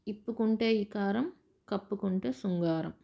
విప్పుకుంటే వికారం కప్పుకుంటే శృంగారం